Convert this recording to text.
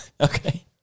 Okay